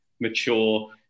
mature